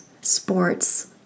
sports